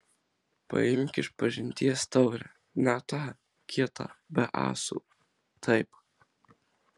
paimk išpažinties taurę ne tą kitą be ąsų taip